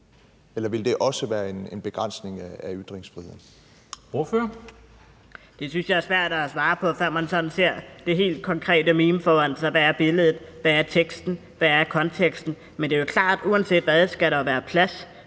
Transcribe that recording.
Ordføreren. Kl. 11:02 Kristian Hegaard (RV): Det synes jeg er svært at svare på, før man sådan ser det helt konkrete meme foran sig. Hvad er billedet, hvad er teksten, hvad er konteksten? Men det er jo klart, at uanset hvad skal der være plads